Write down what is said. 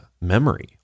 memory